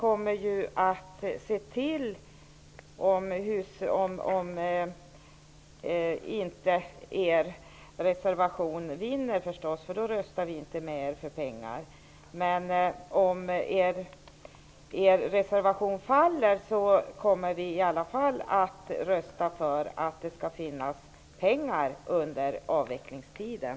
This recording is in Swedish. Om inte er reservation vinner -- för då röstar vi inte med er för mer pengar -- kommer vi att rösta för att det skall finnas pengar under avvecklingstiden.